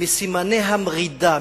מסימני המרידה,